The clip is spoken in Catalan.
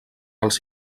als